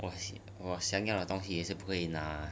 我想我想要的东西也是不可以拿 ah